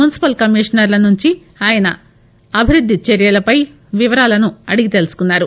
municipal కమిషనర్ల నుంచి ఆయన అభివృద్ది చర్యలపై వివరాలు అడిగి తెలుసుకున్నారు